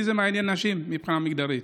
ואת מי זה מעניין שזה נשים מבחינה מגדרית?